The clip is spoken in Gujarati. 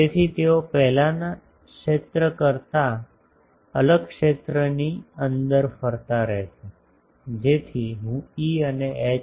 તેથી તેઓ પહેલાના ક્ષેત્ર કરતા અલગ ક્ષેત્રની અંદર ફરતા રહેશે જેથી હું E અને H